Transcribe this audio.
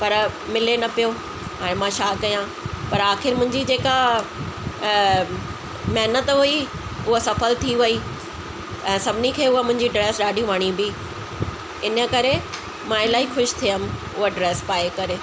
पर मिले न पियो हाणे मां छा कयां पर आखिरि मुंहिंजी जेका महिनत हुई उहा सफल थी वई ऐं सभिनी खे उहा मुंहिंजी ड्रेस ॾाढी वणी बि इन करे मां इलाही ख़ुशि थियमि उहा ड्रेस पाए करे